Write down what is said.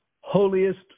holiest